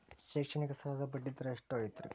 ಶೈಕ್ಷಣಿಕ ಸಾಲದ ಬಡ್ಡಿ ದರ ಎಷ್ಟು ಐತ್ರಿ?